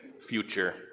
future